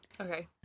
Okay